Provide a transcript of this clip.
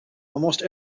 almost